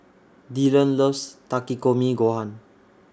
Dillon loves Takikomi Gohan